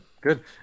good